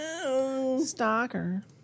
Stalker